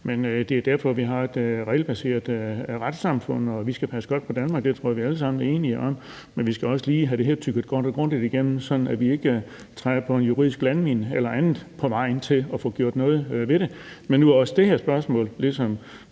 Men det er derfor, at vi har et regelbaseret retssamfund. Vi skal passe godt på Danmark. Det tror jeg at vi alle sammen er enige om. Men vi skal også lige have det her tygget godt og grundigt igennem, sådan at vi ikke træder på en juridisk landmine eller andet på vejen til at få gjort noget ved det. Nu er også det her spørgsmål ligesom